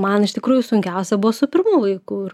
man iš tikrųjų sunkiausia buvo su pirmu vaiku ir